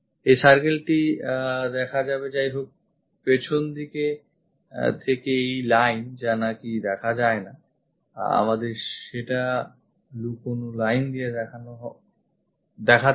এই circle টি দেখা যাবেযাইহোক পেছনদিক থেকে এই line যা নাকি দেখা যায় না আমাদের সেটা লুকোনো line দিয়ে দেখাতে হবে